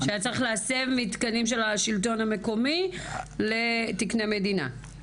שהיה צריך להסב מתקנים של השלטון המקומי לתקני מדינה.